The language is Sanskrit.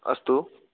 अस्तु